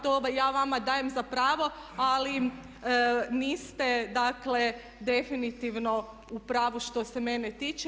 To ja vama dajem za pravo ali niste dakle definitivno u pravu što se mene tiče.